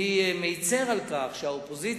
אני מצר על כך שהאופוזיציה,